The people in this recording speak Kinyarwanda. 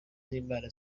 z’imana